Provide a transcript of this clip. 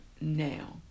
now